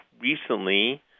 recently